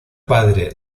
padre